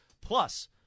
Plus